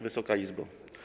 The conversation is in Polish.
Wysoka Izbo!